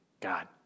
God